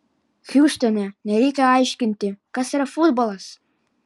hjustone nereikia aiškinti kas yra futbolas